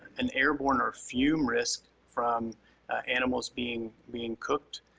an airborne or fume risk from animals being being cooked,